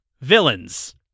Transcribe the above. Villains